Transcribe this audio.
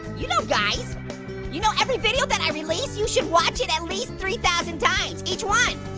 you know guys you know every video that i release, you should watch it at least three thousand times, each one.